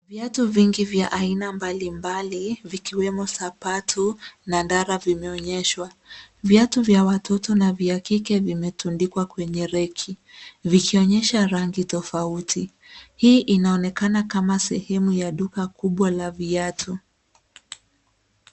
Viatu vingi vya aina mbali mbali vikiwemo sapatu na dala vimeonyeshwa. Viatu vya watoto na vya kike, vimetundikwa kwenye reki, vikionyesha rangi tofauti. Hii inaonekana kama sehemu ya duka kubwa la viatu.